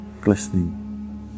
glistening